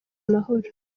amahoro